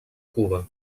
cuba